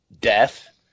death